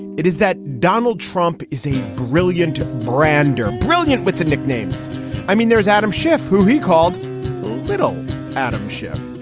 it is that donald trump is a brilliant brand or brilliant with the nicknames i mean, there's adam schiff, who he called little adam schiff,